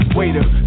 waiter